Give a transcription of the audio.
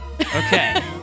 okay